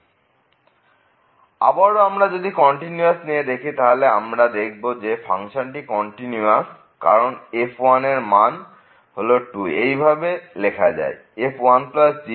fxx21 x∈01 3 x x∈12 আবারো আমরা যদি কন্টিনিউটি নিয়ে দেখি তাহলে আমরা দেখব যে ফাংশনটি কন্টিনিউয়াস কারণ f এর মান হল 2 এবং এই ভাবে লেখা যায় f 10